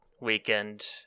weekend